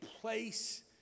place